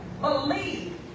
believe